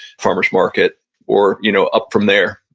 farmer's market or you know up from there.